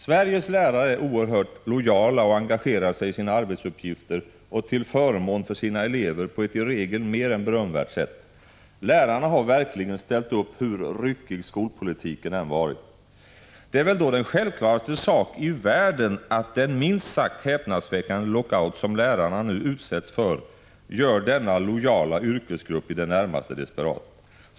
Sveriges lärare är oerhört lojala och engagerar sig i sina arbetsuppgifter och till förmån för sina elever på ett i regel mer än berömvärt sätt. Lärarna har verkligen ställt upp, hur ryckig skolpolitiken än varit. Det är väl då den självklaraste sak i världen att den minst sagt häpnadsväckande lockout som lärarna nu utsätts för gör denna lojala yrkesgrupp i det närmaste desperat.